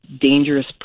dangerous